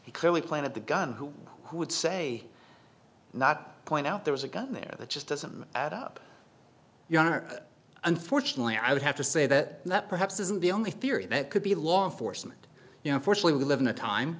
he clearly planted the gun who would say not point out there was a gun there that just doesn't add up your honor unfortunately i would have to say that that perhaps isn't the only theory that could be law enforcement you know fortunately we live in a time